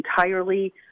entirely